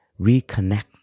reconnect